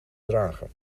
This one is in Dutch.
dragen